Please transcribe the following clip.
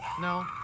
No